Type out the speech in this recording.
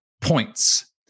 points